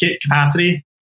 capacity